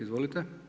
Izvolite.